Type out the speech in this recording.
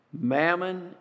mammon